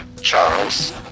Charles